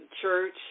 church